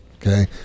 okay